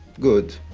good.